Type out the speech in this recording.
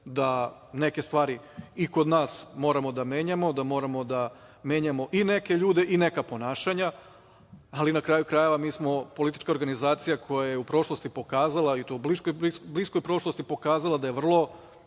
da neke stvari i kod nas moramo da menjamo, da moramo da menjamo i neke ljude i neka ponašanja. Ali, na kraju krajeva, mi smo politička organizacija, koja je u prošlosti pokazala i to u bliskoj prošlosti pokazala da je vrlo